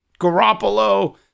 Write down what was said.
Garoppolo